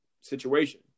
situation